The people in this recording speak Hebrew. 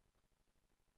המזכירה.